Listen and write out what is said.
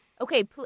Okay